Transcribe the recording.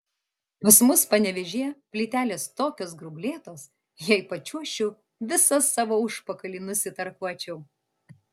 pas mus panevėžyje plytelės tokios grublėtos jei pačiuožčiau visą savo užpakalį nusitarkuočiau